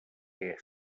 què